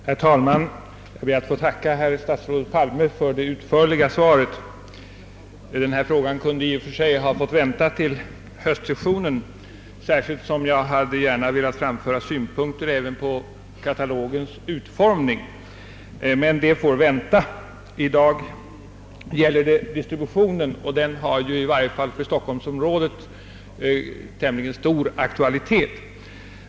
Herr talman! Jag ber att få tacka herr statsrådet Palme för det utförliga svaret. Denna fråga kunde i och för sig ha fått vänta till höstsessionen, särskilt som jag önskat framföra synpunkter även på katalogens utformning. I dag gäller det emellertid distributionen, och den har i varje fall för stockholmsområdet tämligen stor aktualitet.